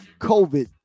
covid